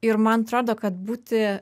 ir man atrodo kad būti